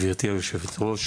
גברתי היושבת-ראש,